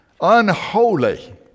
Unholy